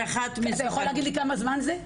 אתה יכול להגיד לי כמה זמן זה?